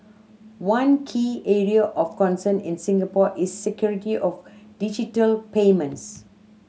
one key area of concern in Singapore is security of digital payments